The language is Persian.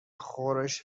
خورش